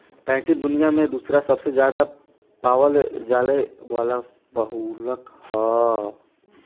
chitin दुनिया में दूसरा सबसे ज्यादा पावल जाये वाला बहुलक ह